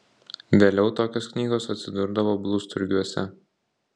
vėliau tokios knygos atsidurdavo blusturgiuose